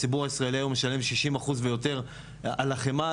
הציבור הישראלי היום משלם 60% ויותר על החמאה,